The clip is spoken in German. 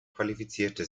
qualifizierte